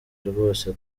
rwose